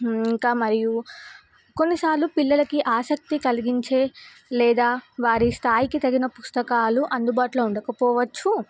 ఇంకా మరియు కొన్నిసార్లు పిల్లలకి ఆసక్తి కలిగించే లేదా వారి స్థాయికి తగిన పుస్తకాలు అందుబాటులో ఉండకపోవచ్చు